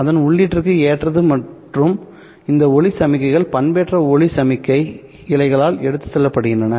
அதன் உள்ளீட்டிற்கு ஏற்றது மற்றும் இந்த ஒளி சமிக்ஞைகள் பண்பேற்றப்பட்ட ஒளி சமிக்ஞைகள் இழைகளால் எடுத்துச் செல்லப்படுகின்றன